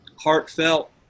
heartfelt